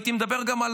והייתי מדבר גם,